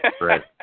Right